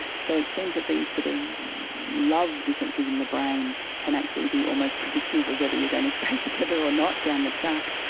so it seems that these sort of love differences in the brain can actually be almost predictive of whether you are going to stay together or not down the track.